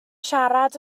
siarad